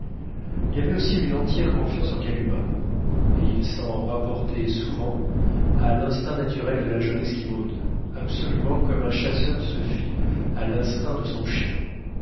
il avait aussi une entière confiance en kalumah et il s'en rapportait souvent à l'instinct naturel de la jeune esquimaude absolument comme un chasseur se fie à l'instinct de son chien